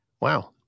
wow